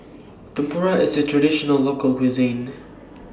Tempura IS A Traditional Local Cuisine